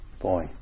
Boy